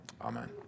amen